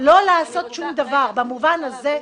שההחלטה לסגור את השדה ב-1 ביולי --- נא לסיים.